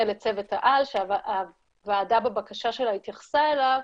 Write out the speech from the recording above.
לצוות העל שהוועדה בבקשה שלה התייחסה אליו,